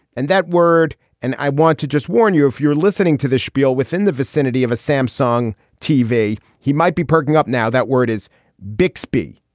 and that word and i want to just warn you, if you're listening to the spiel within the vicinity of a samsung tv, he might be perking up. now that word is bixby.